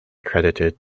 credited